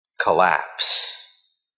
collapse